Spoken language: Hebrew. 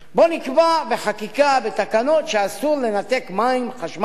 בוא נקבע בחקיקה, בתקנות, שאסור לנתק מים, חשמל.